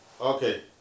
Okay